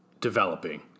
developing